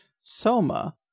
soma